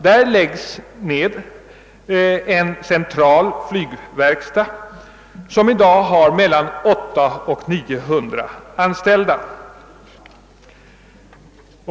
Där nedlägges en central flygverkstad — CVV — som i dag har mellan 800 och 900 anställda.